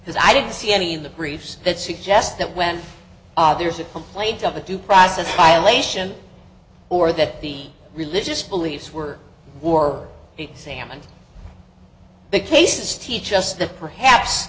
because i didn't see any in the briefs that suggest that when there's a complaint of a due process violation or that the religious beliefs were examined the case teach us that perhaps